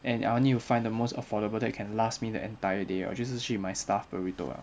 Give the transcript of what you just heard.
and I'll need to find the most affordable that can last me the entire day 我就是去买 stuff'd burrito liao